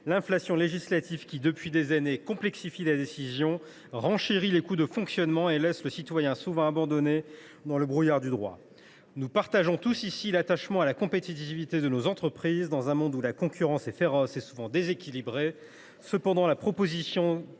l’inflation législative qui, depuis des années, complexifie la décision, renchérit les coûts de fonctionnement et laisse le citoyen souvent abandonné dans le brouillard du droit. Nous partageons tous ici l’attachement à la compétitivité de nos entreprises, dans un monde où la concurrence est féroce et souvent déséquilibrée. Cependant, la proposition